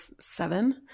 seven